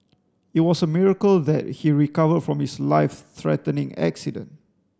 it was a miracle that he recovered from his life threatening accident